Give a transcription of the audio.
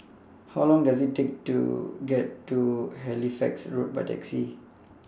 How Long Does IT Take to get to Halifax Road By Taxi